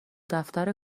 دفتر